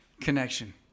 connection